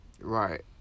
Right